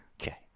Okay